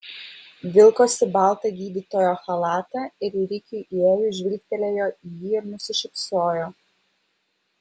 vilkosi baltą gydytojo chalatą ir rikiui įėjus žvilgtelėjo į jį ir nusišypsojo